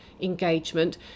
engagement